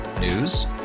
News